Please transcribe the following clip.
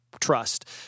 trust